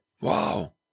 wow